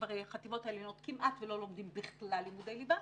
שבחטיבות העליונות כמעט ולא לומדים בכלל לימודי ליבה.